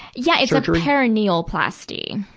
yeah. it's a perineoplasty.